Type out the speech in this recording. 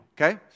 okay